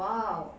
!wow!